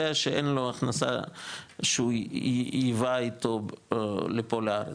שאין לו הכנסה שהוא בא אתו לפה לארץ,